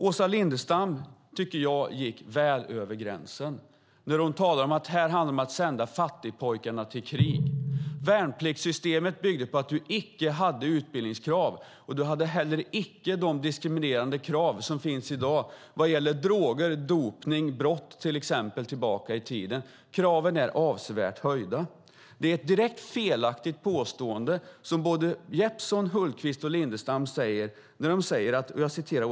Jag tycker att Åsa Lindestam gick över gränsen när hon talade om att det handlar om att sända fattigpojkarna till krig. Värnpliktssystemet byggde på att man inte hade några utbildningskrav och heller inte de diskriminerande krav som finns i dag när det gäller droger, dopning och brott bakåt i tiden. Kraven är avsevärt höjda. Det som Jeppsson, Hultqvist och Lindestam säger är direkt felaktigt.